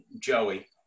Joey